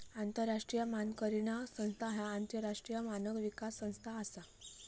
आंतरराष्ट्रीय मानकीकरण संस्था ह्या आंतरराष्ट्रीय मानक विकास संस्था असा